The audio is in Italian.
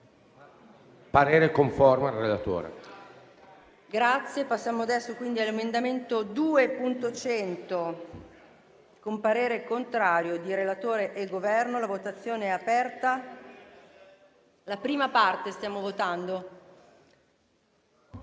parere conforme al relatore.